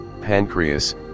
pancreas